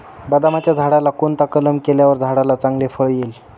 बदामाच्या झाडाला कोणता कलम केल्यावर झाडाला चांगले फळ येईल?